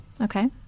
Okay